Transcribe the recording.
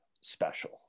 special